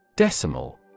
Decimal